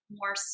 more